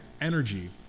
energy